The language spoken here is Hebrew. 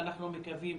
אנחנו מקווים,